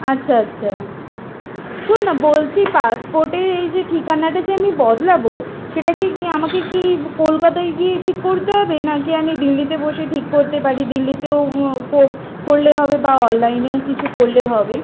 আচ্ছা আচ্ছা শোন না বলছি পাসপোর্টে এই যে ঠিকানাটা যে আমি বদলাবো সেটাকে কি আমাকে কি কলকাতায় গিয়েই ঠিক করতে হবে নাকি আমি দিল্লিতে বসে ঠিক করতে পারি দিল্লিতেও করলে হবে বা অললাইনেও কিছু করলে হবে